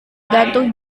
gantung